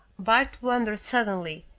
bart wondered suddenly,